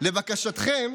לבקשתכם